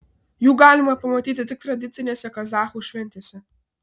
jų galima pamatyti tik tradicinėse kazachų šventėse